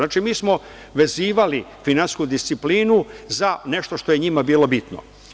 Znači, mi smo vezivali finansijsku disciplinu za nešto što je njima bilo bitno.